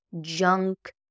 junk